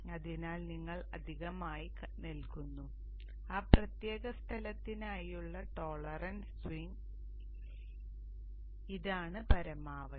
അതിനായി നിങ്ങൾ അധികമായി നൽകുന്നു ആ പ്രത്യേക സ്ഥലത്തിനായുള്ള ടോളറൻസ് സ്വിംഗ് ഇതാണ് പരമാവധി